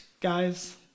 Guys